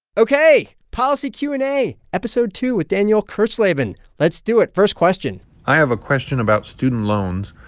ok. policy q and a, episode two, with danielle kurtzleben. let's do it. first question i have a question about student loans.